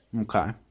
Okay